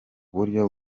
buryo